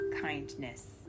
kindness